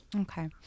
Okay